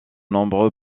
nombreux